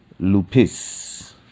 Lupis